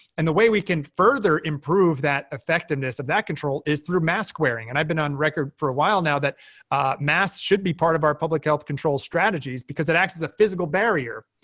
and the way we can further improve that effectiveness of that control is through mask wearing. and i've been on record for a while now that masks should be part of our public health control strategies because it acts as a physical barrier.